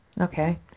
Okay